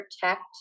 protect